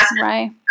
Right